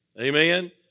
Amen